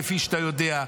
כפי שאתה יודע,